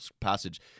passage